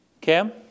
Cam